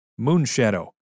Moonshadow